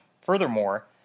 Furthermore